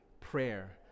prayer